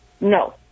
No